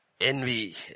Envy